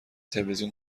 تلویزیون